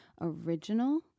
original